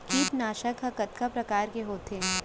कीटनाशक ह कतका प्रकार के होथे?